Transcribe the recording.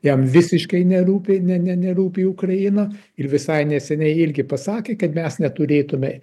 jam visiškai nerūpi ne ne nerūpi ukraina ir visai neseniai irgi pasakė kad mes neturėtume